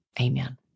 Amen